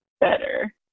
better